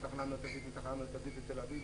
מהתחנה המרכזית לתל אביב.